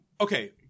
Okay